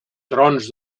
trons